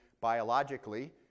biologically